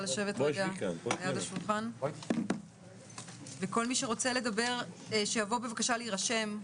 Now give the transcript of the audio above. כל מי שרוצה לדבר שיבוא בבקשה להירשם,